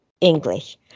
English